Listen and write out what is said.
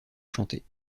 chanter